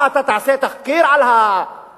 מה, אתה תעשה תחקיר על הקרן?